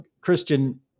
Christian